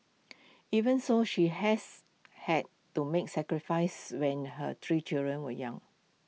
even so she has had to make sacrifices when her three children were young